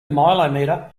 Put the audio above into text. mileometer